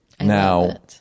now